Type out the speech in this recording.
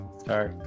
Sorry